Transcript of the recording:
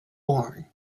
born